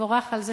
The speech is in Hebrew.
תבורך על זה